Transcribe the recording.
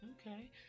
Okay